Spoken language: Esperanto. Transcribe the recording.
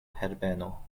herbeno